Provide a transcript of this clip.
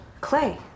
Clay